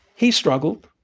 he struggled.